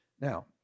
Now